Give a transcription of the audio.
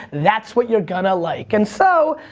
that's what you're gonna like. and so,